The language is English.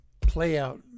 play-out